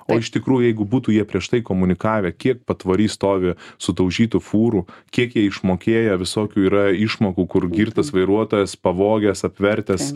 o iš tikrųjų jeigu būtų jie prieš tai komunikavę kiek patvory stovi sudaužytų fūrų kiek jie išmokėję visokių yra išmokų kur girtas vairuotojas pavogęs apvertęs